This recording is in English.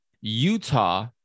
Utah